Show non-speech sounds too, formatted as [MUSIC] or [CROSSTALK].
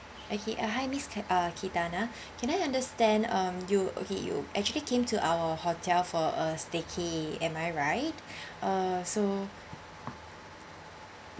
okay uh hi miss uh cathana [BREATH] can I understand um you okay you actually came to our hotel for a staycay~ am I right [BREATH] uh so